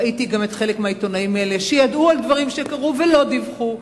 ראיתי גם חלק מהעיתונאים האלה שידעו על דברים שקרו ולא דיווחו,